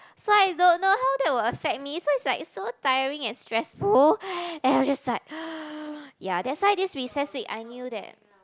so I don't know how that will affect me so it's like so tiring and stressful and I'm just like ya that why this recess week I knew that